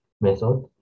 method